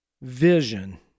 vision